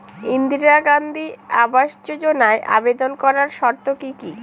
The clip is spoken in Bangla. ইন্দিরা গান্ধী আবাস যোজনায় আবেদন করার শর্ত কি কি?